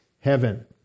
heaven